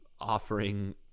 Offering